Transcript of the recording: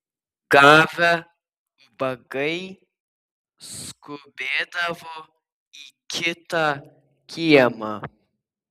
gavę ubagai skubėdavo į kitą kiemą